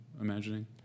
imagining